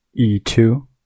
e2